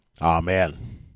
Amen